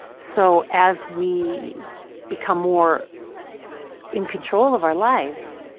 so, as we become more in control of our lives,